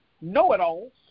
know-it-alls